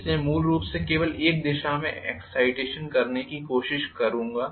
इसलिए मैं मूल रूप से केवल एक दिशा में एक्साइटेशन करने की कोशिश करूंगा